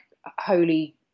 holy